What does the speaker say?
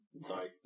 Sorry